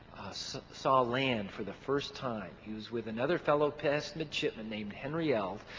so saw land for the first time. he was with another fellow past midshipman named henry elf.